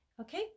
Okay